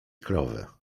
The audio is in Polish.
krowę